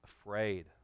afraid